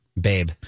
Babe